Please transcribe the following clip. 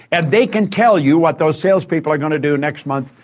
and they can tell you what those salespeople are going to do next month,